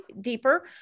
deeper